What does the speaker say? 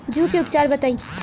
जूं के उपचार बताई?